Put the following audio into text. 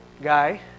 guy